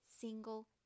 single